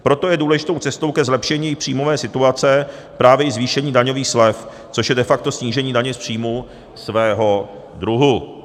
Proto je důležitou cestou ke zlepšení příjmové situace právě i zvýšení daňových slev, což je de facto snížení daně z příjmů svého druhu.